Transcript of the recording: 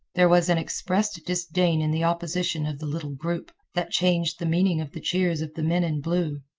there was an expressed disdain in the opposition of the little group, that changed the meaning of the cheers of the men in blue.